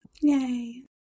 Yay